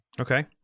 Okay